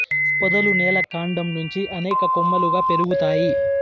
పొదలు నేల కాండం నుంచి అనేక కొమ్మలుగా పెరుగుతాయి